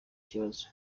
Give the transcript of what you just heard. kibazo